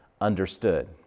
understood